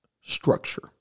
structure